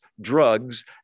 drugs